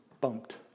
bumped